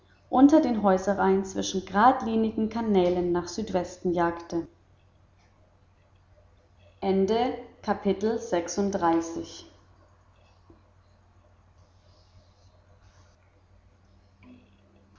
unter den häuserreihen zwischen geradlinigen kanälen nach südwesten jagte